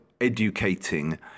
educating